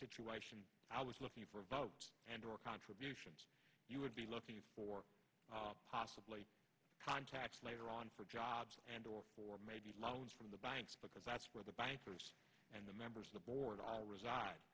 situation i was looking for a vote and or contributions you would be looking for possibly contacts later on for jobs and or for loans from the banks because that's where the bankers and the members of the board